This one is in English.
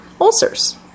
ulcers